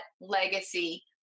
legacy